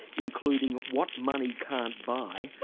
including what money can't buy,